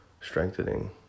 strengthening